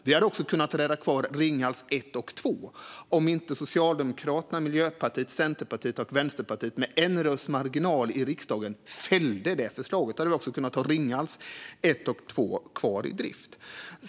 Vi hade också kunnat rädda kvar Ringhals 1 och 2 om inte Socialdemokraterna, Miljöpartiet, Centerpartiet och Vänsterpartiet med en rösts marginal i riksdagen hade fällt det förslaget. Då hade vi kunnat ha Ringhals 1 och 2 kvar i drift.